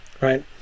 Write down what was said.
right